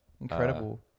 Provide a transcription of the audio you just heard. Incredible